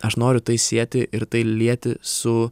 aš noriu tai sieti ir tai lieti su